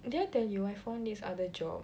did I tell you I found this other job